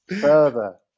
further